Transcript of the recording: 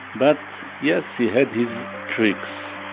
but yes, he had his tricks